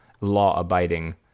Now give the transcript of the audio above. law-abiding